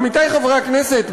עמיתי חברי הכנסת,